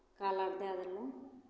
collar दए देलहुँ